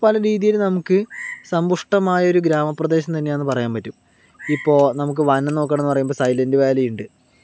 അങ്ങന പല രീതിയിൽ നമുക്ക് സമ്പുഷ്ടമായ ഒരു ഗ്രാമ പ്രദേശം തന്നെയാണെന്നു പറയാൻ പറ്റും ഇപ്പോൾ നമുക്ക് വനം നോക്കണമെന്ന് പറയുമ്പോൾ സയലൻറ് വാലി ഉണ്ട്